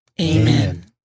Amen